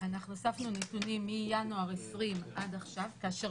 אנחנו אספנו נתונים מינואר 2020 עד עכשיו כאשר